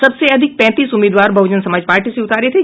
सबसे अधिक पैंतीस उम्मीदवार बहजन समाज पार्टी ने उतारे थे